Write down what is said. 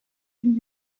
fins